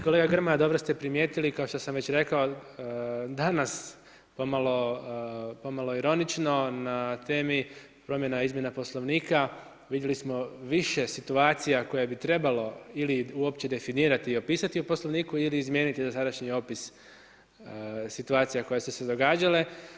Kolega Grmoja, dobro ste primijetili kao što sam već rekao danas pomalo ironično na temi promjena i izmjena Poslovnika vidjeli smo više situacija koje bi trebalo ili uopće definirati i opisati u Poslovniku ili izmijeniti dosadašnji opis situacije koje su se događale.